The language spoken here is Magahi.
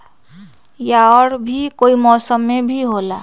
या और भी कोई मौसम मे भी होला?